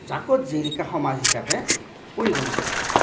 জাকত জিলিকা সমাজ হিচাবে পৰিগণিত হ'ব পাৰে